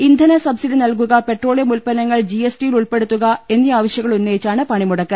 ഇന്ധന സബ്സിഡി നൽകുക പെട്രോളിയം ഉൽപ്പന്നങ്ങൾ ജി എസ്ടിയിൽ ഉൾപ്പെടുത്തുക എന്നീ ആവശൃങ്ങൾ ഉന്നയിച്ചാണ് പണിമുടക്ക്